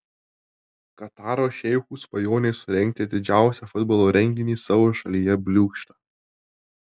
kataro šeichų svajonė surengti didžiausią futbolo renginį savo šalyje bliūkšta